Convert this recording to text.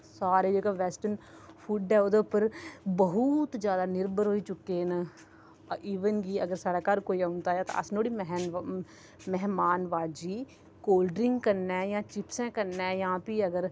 सारे जेह्का western food ऐ ओह्दे उप्पर बोह्त जैदा निर्भर होई चुके दे न इवन कि अगर कोई साढ़े घर कोई औंदा ऐ ते अस नोह्ड़ी मैहमान बाजी कोलड्रिंक कन्नै जां चिप्सैं कन्नै जां फ्ही अगर